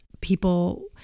people